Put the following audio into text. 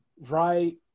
right